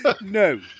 No